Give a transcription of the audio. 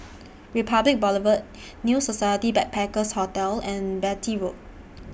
Republic Boulevard New Society Backpackers' Hotel and Beatty Road